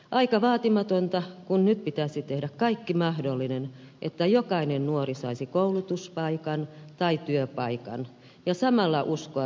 aika vaatimatonta kun nyt pitäisi tehdä kaikki mahdollinen että jokainen nuori saisi koulutuspaikan tai työpaikan ja samalla uskoa tulevaisuuteen